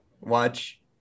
Watch